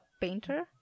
painter